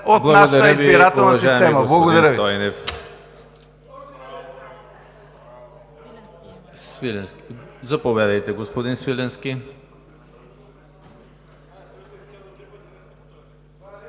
от нашата избирателна система. Благодаря Ви.